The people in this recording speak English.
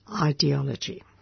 ideology